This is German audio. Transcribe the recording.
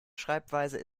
schreibweise